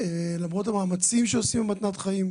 למרות המאמצים שעושים במתנת חיים,